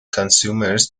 consumers